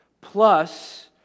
plus